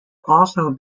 also